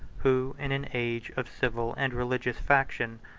who, in an age of civil and religious faction,